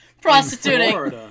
prostituting